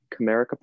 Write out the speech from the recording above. Comerica